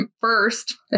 first